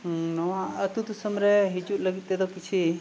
ᱱᱚᱣᱟ ᱟᱛᱳ ᱫᱤᱥᱚᱢ ᱨᱮ ᱦᱤᱡᱩᱜ ᱞᱟᱹᱜᱤᱫ ᱛᱮᱫᱚ ᱠᱤᱪᱷᱩ